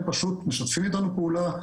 הם פשוט משתפים איתנו פעולה,